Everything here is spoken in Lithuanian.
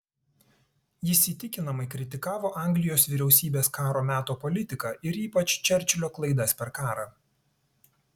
jis įtikinamai kritikavo anglijos vyriausybės karo meto politiką ir ypač čerčilio klaidas per karą